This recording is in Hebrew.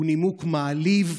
הוא נימוק מעליב,